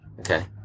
Okay